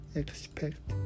expect